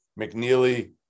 McNeely